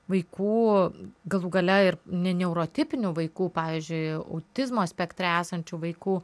vaikų galų gale ir ne neurotipinių vaikų pavyzdžiui autizmo spektre esančių vaikų